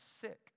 sick